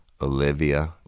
Olivia